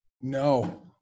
No